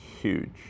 huge